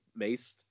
maced